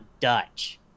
Dutch